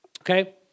okay